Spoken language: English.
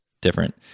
different